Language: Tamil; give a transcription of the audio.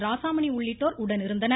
ராசாமணி உள்ளிட்டோர் உடனிருந்தனர்